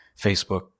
Facebook